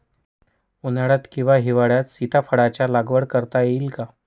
उन्हाळ्यात किंवा हिवाळ्यात सीताफळाच्या लागवड करता येईल का?